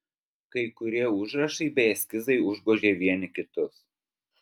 kai kurie užrašai bei eskizai užgožė vieni kitus